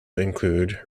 include